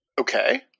Okay